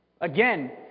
Again